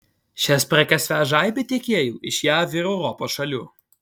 šias prekes veža aibė tiekėjų iš jav ir europos šalių